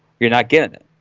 you're not getting it.